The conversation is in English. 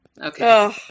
Okay